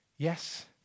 Yes